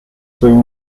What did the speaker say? through